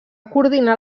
coordinar